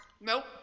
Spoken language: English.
Nope